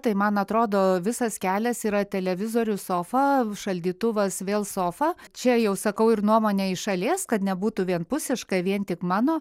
tai man atrodo visas kelias yra televizorius sofa šaldytuvas vėl sofa čia jau sakau ir nuomonę iš šalies kad nebūtų vienpusiška vien tik mano